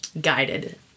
guided